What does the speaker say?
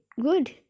good